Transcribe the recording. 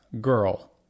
Girl